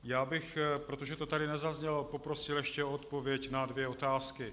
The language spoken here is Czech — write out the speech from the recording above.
Já bych, protože to tady nezaznělo, poprosil ještě o odpověď na dvě otázky.